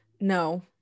no